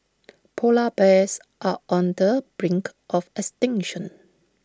Polar Bears are on the brink of extinction